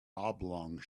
oblong